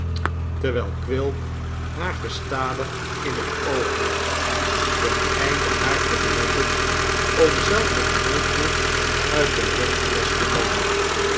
terwijl quilp haar gestadig in het oog hield ten einde haar te beletten om zelve een proefje uit de rumflesch te nemen